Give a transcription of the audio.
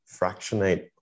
fractionate